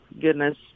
goodness